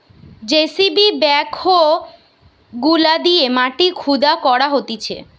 JCB backhoe গুলা দিয়ে মাটি খুদা করা হতিছে